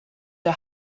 der